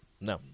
No